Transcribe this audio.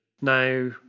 Now